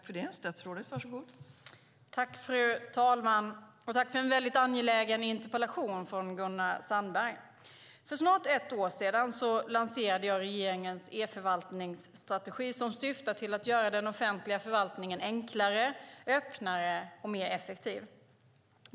Fru talman! Tack för en väldigt angelägen interpellation från Gunnar Sandberg! För snart ett år sedan lanserade jag regeringens e-förvaltningsstrategi, som syftar till att göra den offentliga förvaltningen enklare, öppnare och mer effektiv.